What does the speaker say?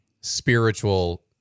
spiritual